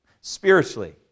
spiritually